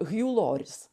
hjū loris